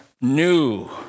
new